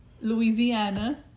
Louisiana